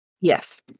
Yes